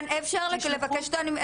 אפשר לבקש אותו.